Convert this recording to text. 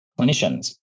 clinicians